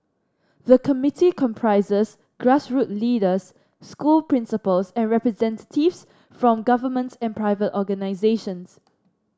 the committee comprises grassroot leaders school principals and representatives from government and private organisations